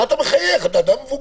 מה אתה מחייך, אתה כבר אדם מבוגר.